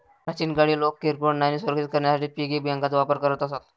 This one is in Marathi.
प्राचीन काळी लोक किरकोळ नाणी सुरक्षित करण्यासाठी पिगी बँकांचा वापर करत असत